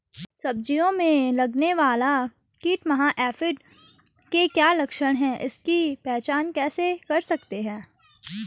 सब्जियों में लगने वाला कीट माह एफिड के क्या लक्षण हैं इसकी पहचान कैसे कर सकते हैं?